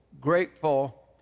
grateful